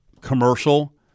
commercial